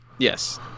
Yes